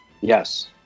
Yes